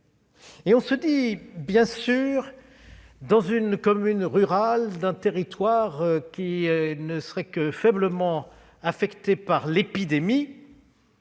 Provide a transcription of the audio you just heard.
peut se dire que, dans une commune rurale d'un territoire qui ne serait que faiblement affecté par l'épidémie,